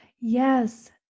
Yes